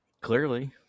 Clearly